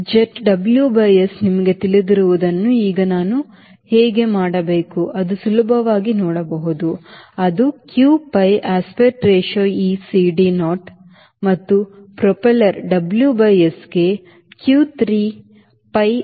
jet WS ನಿಮಗೆ ತಿಳಿದಿರುವದನ್ನು ಈಗ ನಾನು ಹೇಗೆ ಮಾಡಬೇಕು ಅದು ಸುಲಭವಾಗಿ ನೋಡಬಹುದು ಅದು q pi aspect ratio e CD naught ಮತ್ತು ಪ್ರೊಪೆಲ್ಲರ್ WS ಗೆ q 3 pi aspect ratio e CD naught